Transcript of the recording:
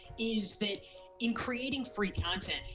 is that including free content,